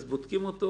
אז בודקים אותו